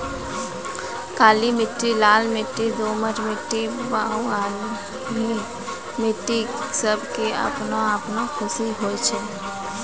काली मिट्टी, लाल मिट्टी, दोमट मिट्टी, बलुआही मिट्टी सब के आपनो आपनो खूबी होय छै